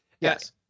Yes